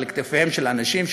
על כתפיהם של אנשים,